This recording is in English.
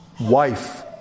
wife